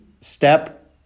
step